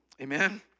Amen